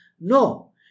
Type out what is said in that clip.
No